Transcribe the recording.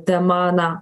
tema na